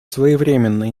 своевременно